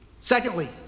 Secondly